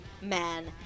man